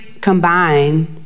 combine